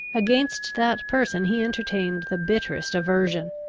against that person he entertained the bitterest aversion.